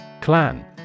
Clan